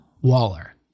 Waller